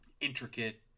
intricate